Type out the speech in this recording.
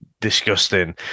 disgusting